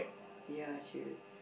ya cheers